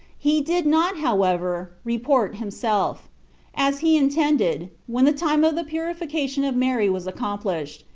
he did not, however, report himself as he intended, when the time of the purification of mary was accomplished,